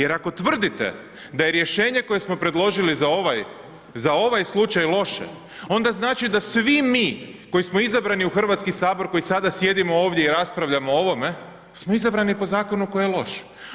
Jer ako tvrdite da je rješenje koje smo predložili za ovaj slučaj loše onda znači da svi mi koji smo izabrani u Hrvatski sabor, koji sada sjedimo ovdje i raspravljamo o ovome smo izabrani po zakonu koji je loš.